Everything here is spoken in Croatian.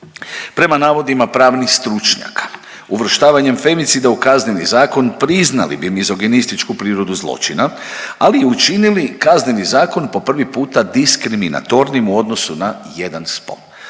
Prema navodima pravnih stručnjaka uvrštavanjem femicida u Kazneni zakon priznali bi mizoginističku prirodu zločina, ali i učinili Kazneni zakon po prvi puta diskriminatornim u odnosu na jedan spol.